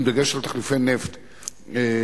עם דגש על תחליפי נפט באנרגיה,